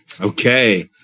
Okay